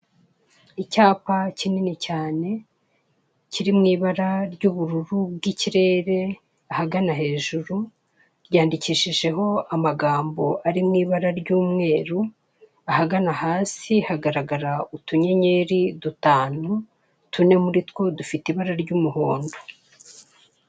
Icyapa kinini cyane, kiri mu ibara ry'ubururu bw'ikirere, ahagana hejuru ryandikishijeho amagambo ari mu ibara ry'umweru, ahagana hasi hagaragara utunyenyeri dutanu, tune muri two dufite ibara ry'umuhondo.